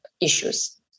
issues